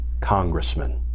congressman